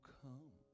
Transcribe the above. come